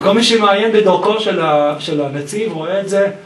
כל מי שמעיין בדרכו של הנציב רואה את זה